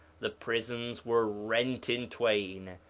the prisons were rent in twain,